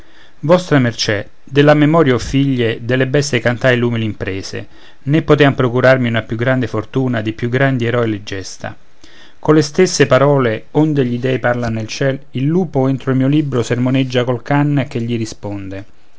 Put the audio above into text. vostra mercè della memoria o figlie delle bestie cantai l'umili imprese né potean procurarmi una più grande fortuna di più grandi eroi le gesta colle stesse parole onde gli dèi parlan nel ciel il lupo entro il mio libro sermoneggia col can che gli risponde